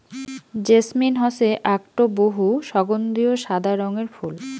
jasmine হসে আকটো বহু সগন্ধিও সাদা রঙের ফুল